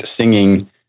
singing